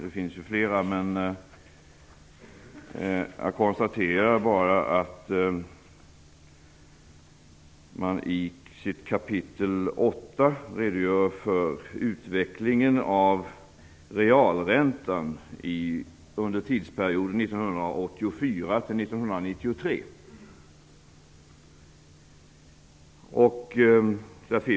Det finns flera, men jag konstaterar att i kapitel åtta redogörs för utvecklingen av realräntan under tidsperioden 1984 1993.